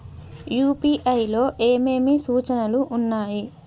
UPI లో ఏమేమి సూచనలు ఉన్నాయి?